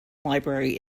library